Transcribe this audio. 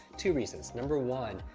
two reasons. number one,